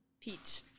Peach